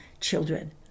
children